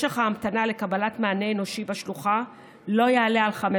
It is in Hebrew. משך ההמתנה לקבלת מענה אנושי בשלוחה לא יעלה על חמש